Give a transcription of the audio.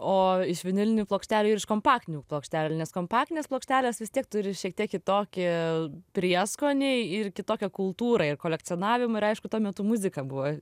o iš vinilinių plokštelių ir iš kompaktinių plokštelių nes kompaktinės plokštelės vis tiek turi šiek tiek kitokį prieskonį ir kitokią kultūrą ir kolekcionavimo ir aišku tuo metu muzika buvo